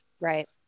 Right